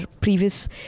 previous